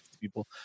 people